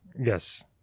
yes